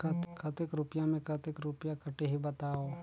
कतेक रुपिया मे कतेक रुपिया कटही बताव?